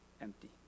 empty